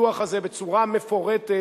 הדוח הזה, בצורה מפורטת,